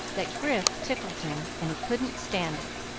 that grif tickled him, and he couldn't stand it.